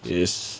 is